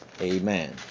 amen